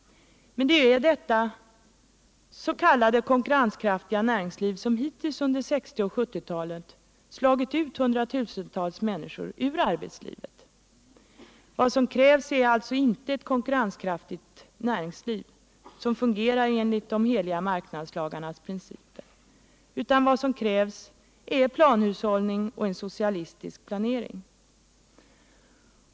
Men det är ju detta s.k. konkurrenskraftiga näringsliv som hittills under 1960 och 1970-talen slagit ut hundratusentals människor. Vad som krävs är alltså inte ett konkurrenskraftigt näringsliv, som fungerar enligt de heliga marknadslagarnas principer, utan en planhushållning och en socialistisk planering.